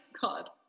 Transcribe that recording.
God